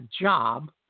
job